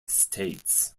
states